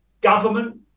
Government